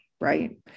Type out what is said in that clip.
right